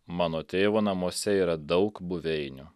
mano tėvo namuose yra daug buveinių